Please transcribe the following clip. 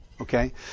Okay